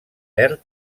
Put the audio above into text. verd